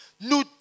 Nous